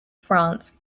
france